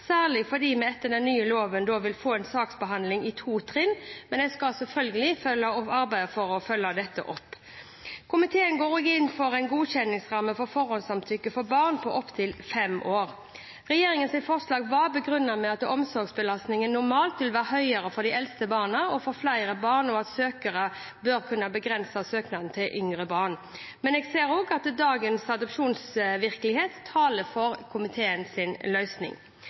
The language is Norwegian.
særlig fordi vi etter den nye loven vil få en saksbehandling i to trinn, men jeg skal selvfølgelig arbeide for å følge opp dette. Komiteen går også inn for en godkjenningsramme for forhåndssamtykke for barn på opptil fem år. Regjeringens forslag var begrunnet med at omsorgsbelastningen normalt vil være høyere for de eldste barna og for flere barn, og at søkere bør kunne begrense søknaden til yngre barn. Men jeg ser også at dagens adopsjonsvirkelighet taler for komiteens løsning. Komiteen